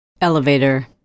Elevator